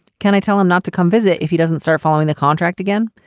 can i tell him not to come visit if he doesn't start following the contract again?